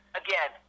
again